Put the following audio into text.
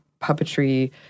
puppetry